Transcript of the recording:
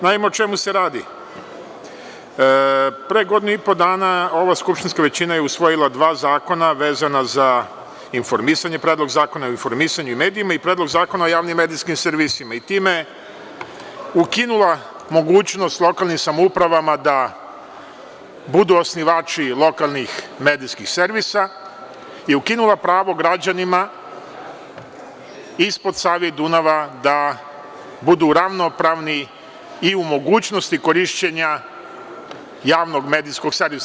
Naime o čemu se radi, pre godinu i po dana ova skupštinska većina je usvojila dva zakona vezana za informisanjePredlog zakona o informisanju i medijima i Predlog zakona o javnim medijskim servisa, time ukinula mogućnost lokalnim samoupravama da budu osnivači lokalnih medijskih servisa i ukinula pravo građanima ispod Save i Dunava da budu ravnopravni i u mogućnosti korišćenja javnog medijskog servisa.